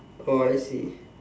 oh I see